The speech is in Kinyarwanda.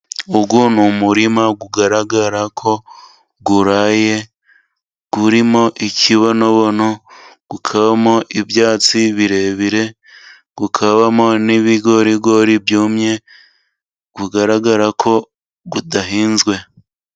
Uyu ni umurima ugaragara ko uraye, urimo ikibonobono, ukabamo ibyatsi birebire, ukabamo n'ibigorigori byumye, ugaragara ko udahinzwe.